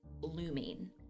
looming